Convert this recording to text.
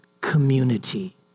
community